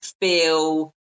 feel